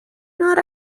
not